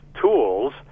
tools